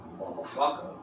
motherfucker